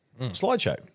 slideshow